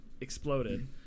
exploded